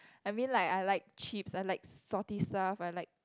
I mean like I like chips I like salty stuff I like